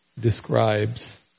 describes